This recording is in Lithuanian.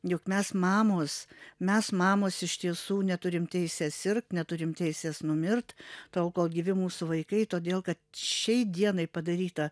juk mes mamos mes mamos iš tiesų neturim teisės sirgt neturim teisės numirt tol kol gyvi mūsų vaikai todėl kad šiai dienai padaryta